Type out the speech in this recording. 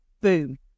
Boom